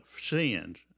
sins